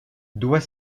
doit